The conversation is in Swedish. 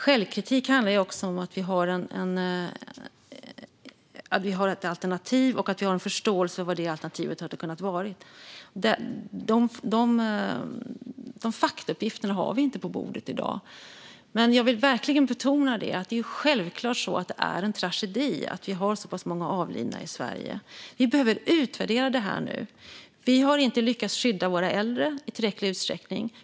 Självkritik handlar ju också om att ha ett alternativ och en förståelse för vad det alternativet hade kunnat vara. De faktauppgifterna har vi inte på bordet i dag. Jag vill dock verkligen betona det: Det är självklart en tragedi att vi har så pass många avlidna i Sverige. Vi behöver nu utvärdera detta. Vi har inte lyckats skydda våra äldre i tillräcklig utsträckning.